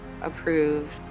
approved